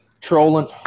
trolling